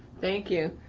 thank you.